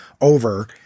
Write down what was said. over